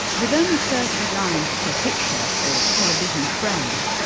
with only thirty lines per picture or television frame,